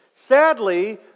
Sadly